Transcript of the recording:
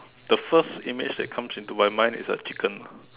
the first image that comes into my mind is a chicken lah